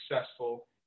successful